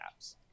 apps